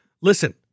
Listen